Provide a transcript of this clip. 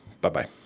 Bye-bye